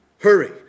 Hurry